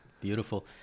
Beautiful